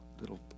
little